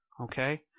Okay